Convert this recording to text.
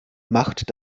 macht